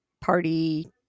party